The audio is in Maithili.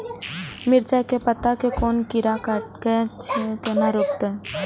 मिरचाय के पत्ता के कोन कीरा कटे छे ऊ केना रुकते?